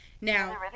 Now